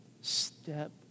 step